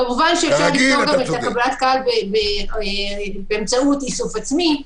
כמובן אפשר לפתור את קבלת הקהל באמצעות איסוף עצמי,